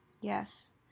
yes